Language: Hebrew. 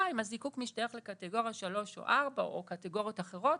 אם הזיקוק משתייך לקטגוריה 3 או 4 או קטגוריות אחרות.